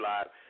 Live